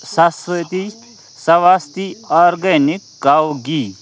سَس سۭتی سَواستی organic cow گھی